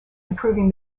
improving